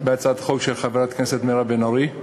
בהצעת החוק של חברת הכנסת מירב בן ארי.